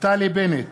נפתלי בנט,